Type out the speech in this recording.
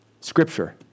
Scripture